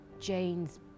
Jane's